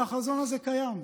והחזון הזה קיים,